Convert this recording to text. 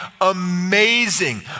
amazing